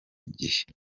gihe